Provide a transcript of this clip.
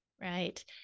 Right